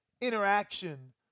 interaction